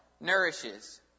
nourishes